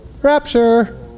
Rapture